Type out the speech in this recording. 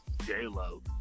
J-Lo